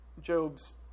Job's